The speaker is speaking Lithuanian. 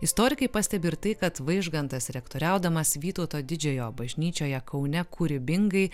istorikai pastebi ir tai kad vaižgantas rektoriaudamas vytauto didžiojo bažnyčioje kaune kūrybingai